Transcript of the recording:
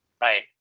right